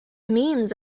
memes